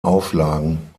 auflagen